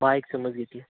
bike समज घेतली